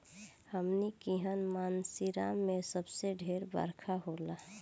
हमनी किहा मानसींराम मे सबसे ढेर बरखा होला